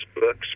books